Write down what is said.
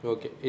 Okay